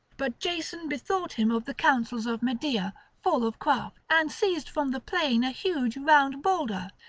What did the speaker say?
but jason bethought him of the counsels of medea full of craft, and seized from the plain a huge round boulder,